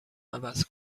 عوض